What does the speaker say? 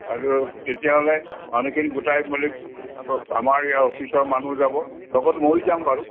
আৰু তেতিয়াহ'লে মানুহখিনি গোটাই মেলি আমাৰ ইয়াৰ অফিচৰ মানুহ যাব লগত মইও যাম বাৰু